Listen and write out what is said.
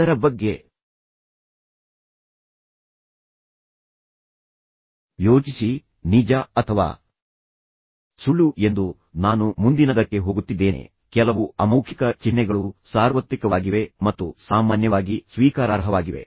ಅದರ ಬಗ್ಗೆ ಯೋಚಿಸಿ ನಿಜ ಅಥವಾ ಸುಳ್ಳು ಎಂದು ನಾನು ಮುಂದಿನದಕ್ಕೆ ಹೋಗುತ್ತಿದ್ದೇನೆ ಕೆಲವು ಅಮೌಖಿಕ ಚಿಹ್ನೆಗಳು ಸಾರ್ವತ್ರಿಕವಾಗಿವೆ ಮತ್ತು ಸಾಮಾನ್ಯವಾಗಿ ಸ್ವೀಕಾರಾರ್ಹವಾಗಿವೆ